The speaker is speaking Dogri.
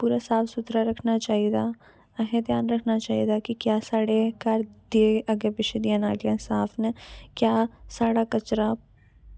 पूरा साफ सूथरा रक्खना चाहिदा असें ध्यान रक्खना चाहिदा कि क्या साढ़े घर दे अग्गें पिच्छें दियां नालियां साफ न क्या साढ़ा कचरा